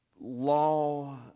law